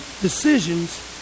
decisions